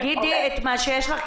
תגידי מה שיש לך להגיד,